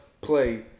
play